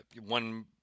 one